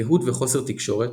קהות וחוסר תקשורת,